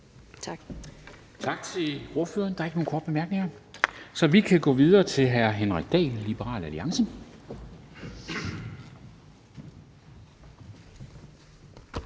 Tak til ordføreren. Der er ikke nogen korte bemærkninger, og så kan vi gå videre til hr. Henrik Dahl, Liberal Alliance.